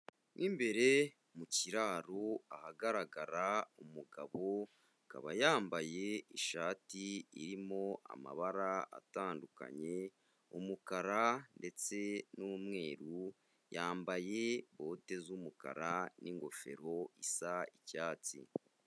Mo imbere mu kiraro ahagaragara umugabo, akaba yambaye ishati irimo amabara atandukanye umukara ndetse n'umweru, yambaye bote z'umukara n'ingofero isa icyatsi.